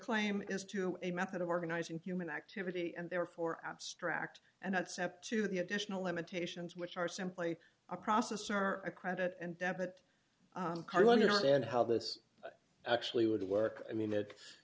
claim is to a method of organizing human activity and therefore abstract and out sept to the additional limitations which are simply a process are a credit and debit card understand how this actually would work i mean